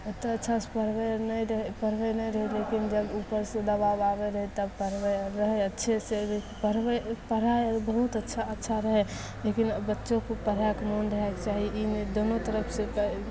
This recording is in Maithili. ओत अच्छासे पढ़बै आर नहि रहै पढ़बै नहि रहै लेकिन जब उपरसे दबाब आबै रहै तब पढ़बै आर रहै अच्छेसे जे पढ़बै पढ़ाइ आर बहुत अच्छा अच्छा रहै लेकिन बच्चोके पढ़ाएक मन रहएके चाही ई नहि दोनो तरफसे तऽ